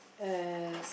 uh